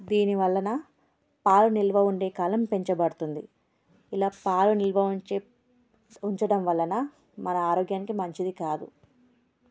దీని వలన పాలు నిల్వ ఉండే కాలం పెంచబడుతుంది ఇలా పాలు నిల్వ ఉంచడం వలన మన ఆరోగ్యానికి మంచిది కాదు